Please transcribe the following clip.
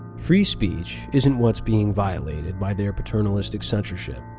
free speech isn't what's being violated by their paternalistic censorship,